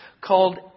called